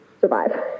survive